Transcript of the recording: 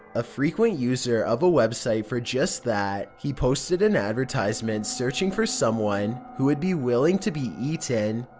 a frequent user of a website for just that, he posted an advertisement searching for someone who would be willing to be eaten.